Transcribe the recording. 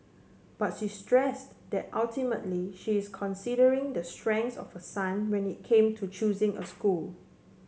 but she stressed that ultimately she is considering the strengths of her son when it came to choosing a school